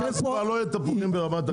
ואז כבר לא יהיו תפוחים ברמת הגולן.